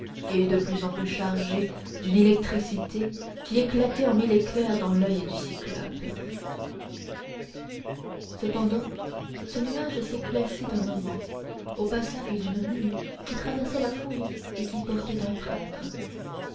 sombre de plus en plus chargé d'une électricité qui éclatait en mille éclairs dans l'oeil du cyclope cependant ce nuage s'éclaircit un moment au passage d'une mule qui traversait la foule et qui portait un prêtre